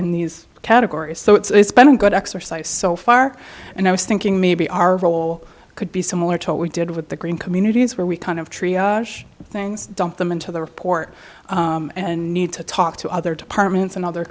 in these categories so it's been a good exercise so far and i was thinking maybe our role could be similar to what we did with the green communities where we kind of tree osh things dump them into the report and need to talk to other departments and other